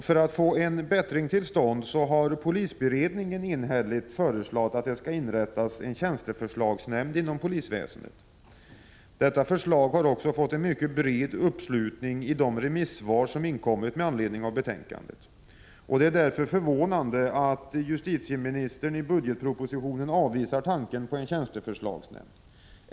För att få en bättring till stånd har polisberedningen enhälligt föreslagit att det skall inrättas en tjänsteförslagsnämnd inom polisväsendet. Detta förslag har också fått en mycket bred uppslutning i de remissvar som inkommit med anledning av betänkandet. Det är därför förvånande att justitieministern i budgetpropositionen avvisar tanken på en tjänsteförslagsnämnd.